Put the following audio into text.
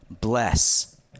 bless